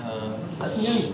err apa letak sini ah ni